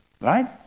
right